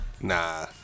Nah